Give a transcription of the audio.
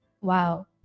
wow